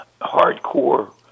hardcore